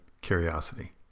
curiosity